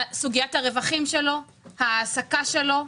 סוגיית הרווחים שלו, ההעסקה שלו,